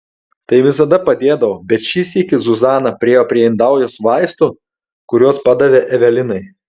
tai visada padėdavo bet šį sykį zuzana priėjo prie indaujos vaistų kuriuos padavė evelinai